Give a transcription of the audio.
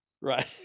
Right